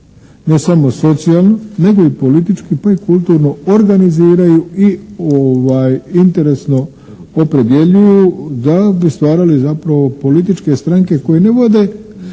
ne samo socijalno, nego i politički pa i kulturno organiziraju i interesno opredjeljuju da bi stvarali zapravo političke stranke koje ne vode